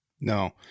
No